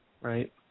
right